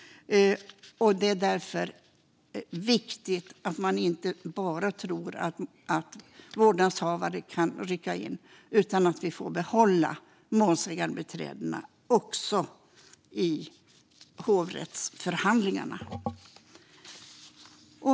Det är viktigt att inte tro att bara vårdnadshavare kan rycka in. De unga behöver få behålla målsägandebiträdena också i hovrättsförhandlingarna.